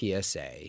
PSA